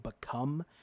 become